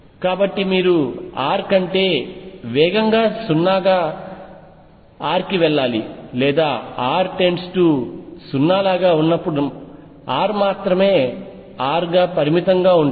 కాబట్టి మీరు r కంటే వేగంగా 0 గా r కి వెళ్లాలి లేదా r 0 లాగా ఉన్నప్పుడు r మాత్రమే r గా పరిమితంగా ఉంటుంది